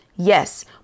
Yes